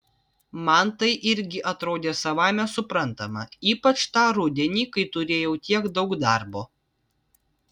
man tai irgi atrodė savaime suprantama ypač tą rudenį kai turėjau tiek daug darbo